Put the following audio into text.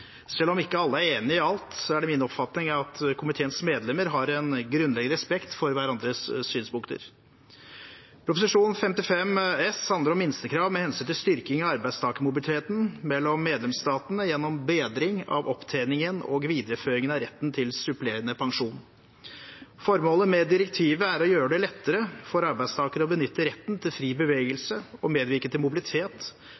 Selv om ikke alle er enige i alt, er det min oppfatning at komiteens medlemmer har en grunnleggende respekt for hverandres synspunkter. Prop. 55 S handler om minstekrav med hensyn til styrking av arbeidstakermobiliteten mellom medlemsstatene gjennom bedring av opptjeningen og videreføringen av retten til supplerende pensjon. Formålet med direktivet er å gjøre det lettere for arbeidstakere å benytte retten til fri bevegelse og medvirke til mobilitet